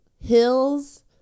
hills